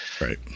Right